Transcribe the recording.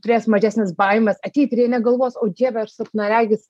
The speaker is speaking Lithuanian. turės mažesnes baimes ateit ir jie negalvos o dieve aš silpnaregis